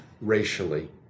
racially